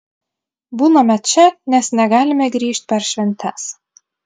būname čia nes negalime grįžt per šventes